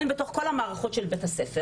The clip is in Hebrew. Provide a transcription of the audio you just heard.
הן בתוך כל המערכות של בית הספר?